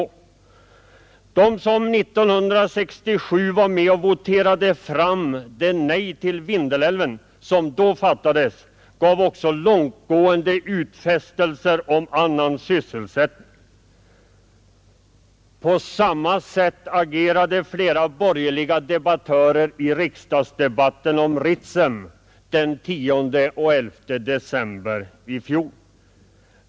De som 1967 var med och voterade fram beslutet om nej till utbyggnad av Vindelälven gav också långtgående utfästelser om annan sysselsättning. På samma sätt agerade flera borgerliga debattörer i riksdagsdebatten om Ritsem den 10 och 11 december i fjol.